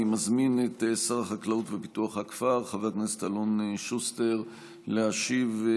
אני מזמין את שר החקלאות ופיתוח הכפר חבר הכנסת אלון שוסטר להשיב על